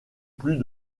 plus